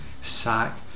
sack